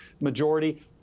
majority